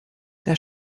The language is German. der